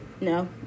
no